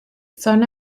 son